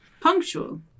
Punctual